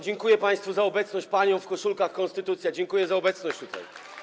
Dziękuję państwu za obecność, paniom w koszulkach z napisem „konstytucja” dziękuję za obecność tutaj.